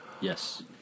Yes